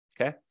okay